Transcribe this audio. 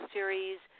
Series